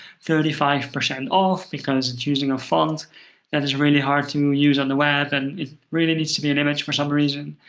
thirty five off, because it's using a font that is really hard to use on the web, and it really needs to be an image for some reason.